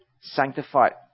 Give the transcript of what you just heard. sanctified